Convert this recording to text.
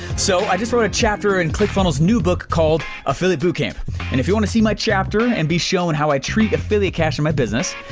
so i just wrote a chapter in clickfunnels new book called affiliate bootcamp and if you wanna see my chapter and be shown how i treat affiliate cash in my business,